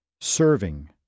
serving